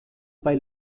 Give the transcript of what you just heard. bei